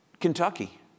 Kentucky